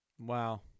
Wow